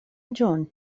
جون